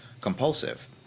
compulsive